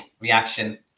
reaction